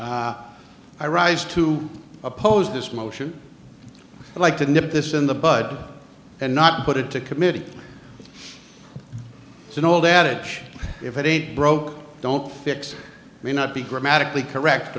i rise to oppose this motion i like to nip this in the bud and not put it to committee it's an old adage if it ain't broke don't fix may not be grammatically correct